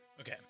Okay